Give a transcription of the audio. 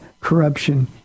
corruption